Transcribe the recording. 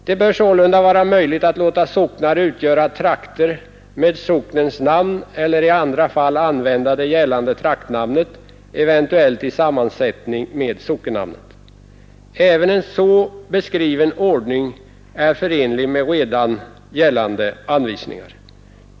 Det bör sålunda vara möjligt att låta socknar utgöra trakter med socknens namn eller i andra fall använda nu gällande traktnamn, eventuellt i sammansättning med sockennamnet. Även en så beskriven ordning är förenlig med redan gällande anvisningar.